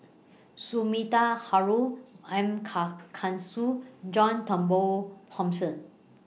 Sumida Haruzo M John Turnbull Thomson